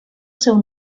seu